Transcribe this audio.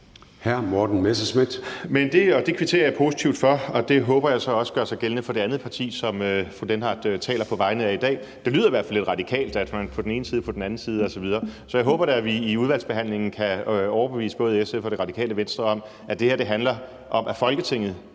10:48 Morten Messerschmidt (DF): Det kvitterer jeg positivt for, og det håber jeg så også gør sig gældende for det andet parti, som fru Karina Lorentzen Dehnhardt taler på vegne af i dag. Det lyder i hvert fald lidt radikalt, at man på den ene side, på den anden side osv. Så jeg håber da, at vi i udvalgsbehandlingen kan overbevise både SF og Radikale Venstre om, at det her handler om, at Folketinget